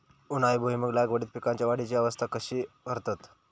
उन्हाळी भुईमूग लागवडीत पीकांच्या वाढीची अवस्था कशी करतत?